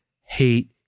hate